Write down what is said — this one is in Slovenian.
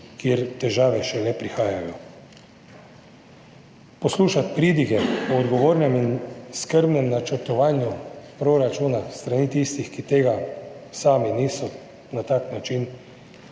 kjertežave šele prihajajo. Poslušati pridige o odgovornem in skrbnem načrtovanju proračuna s strani tistih, ki tega sami niso na tak način